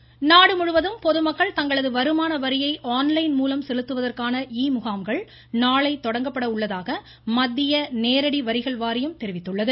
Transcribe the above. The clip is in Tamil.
வருமான வரி நாடுமுழுவதும் பொதுமக்கள் தங்களது வருமான வரியை ஆன்லைன் மூலம் செலுத்துவதற்கான இ முகாம்கள் நாளை தொடங்கப்பட உள்ளதாக மத்திய நேரடி வரிகள் வாரியம் தெரிவித்துள்ளது